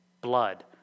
blood